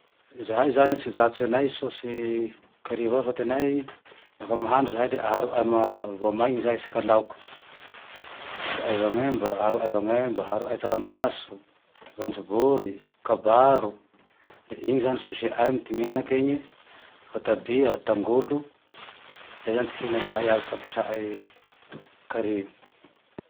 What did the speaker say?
Zahay zane tsy zatsy anay sôsy kary io fa ty anay lafa mahandro zahay le aharonay voamainy zahay isaka laoky, asiaay voanemba, aharonay voanamba, aharonay tsaramaso, voajobory, kabaro le iny zane sôsinay amy ty menaky ine, vôtabia, tangolo, zay zane ty fihinanay azt fampiasanay kary io.